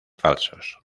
falsos